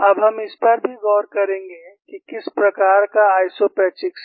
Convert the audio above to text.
अब हम इस पर भी गौर करेंगे कि किस प्रकार का आइसोपेचिक्स है